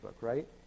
right